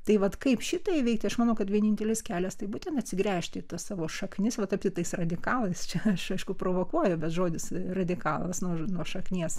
tai vat kaip šitą įveikti aš manau kad vienintelis kelias tai būtent atsigręžti į tas savo šaknis va tapti tais radikalas čia aš aišku provokuoju bet žodis radikalas nuo šaknies